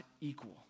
equal